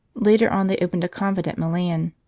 later on they opened a convent at milan,